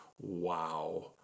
wow